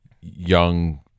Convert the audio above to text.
young